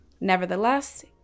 Nevertheless